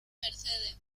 mercedes